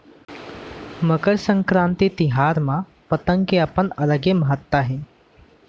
मकर संकरांति तिहार म पतंग के अपन अलगे महत्ता हे